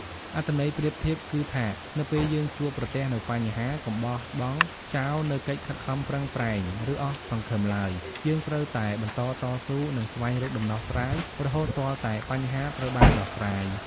អត្ថន័យប្រៀបធៀបគឺថា នៅពេលយើងជួបប្រទះនូវបញ្ហា កុំបោះបង់ចោលនូវកិច្ចខិតខំប្រឹងប្រែង ឬអស់សង្ឃឹមឡើយ យើងត្រូវតែបន្តតស៊ូ និងស្វែងរកដំណោះស្រាយរហូតទាល់តែបញ្ហាត្រូវបានដោះស្រាយ។